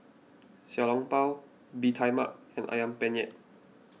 Xiao Long Bao Bee Tai Mak and Ayam Penyet